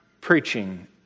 preaching